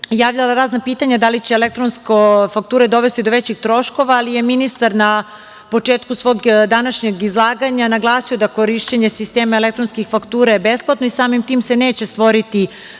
javljala razna pitanja da li će elektronske fakture dovesti do većih troškova, ali je ministar na početku svog današnjeg izlaganja naglasio da je korišćenje sistema elektronskih faktura besplatno i samim tim se neće stvoriti